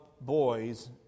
boys